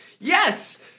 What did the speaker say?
yes